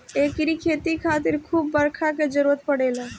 एकरी खेती खातिर खूब बरखा के जरुरत पड़ेला